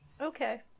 Okay